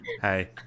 hey